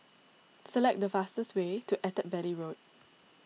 select the fastest way to Attap Valley Road